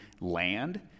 land